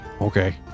okay